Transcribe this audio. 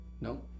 No